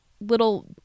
little